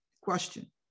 Question